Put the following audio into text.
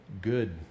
good